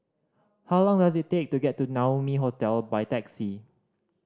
how long does it take to get to Naumi Hotel by taxi